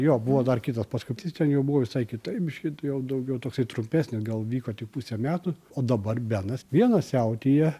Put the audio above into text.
jo buvo dar kitas paskirtis ten jau buvo visai kitaip biškį du jau daugiau toksai trumpesnis gal vyko tik pusę metų o dabar benas vienas siautėja